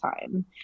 time